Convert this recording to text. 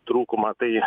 trūkumą tai